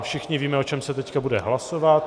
Všichni víme, o čem se teď bude hlasovat.